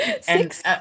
Six